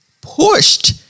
pushed